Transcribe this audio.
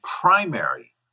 primary